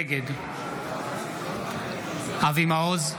נגד אבי מעוז,